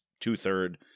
two-third